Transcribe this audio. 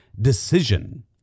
decision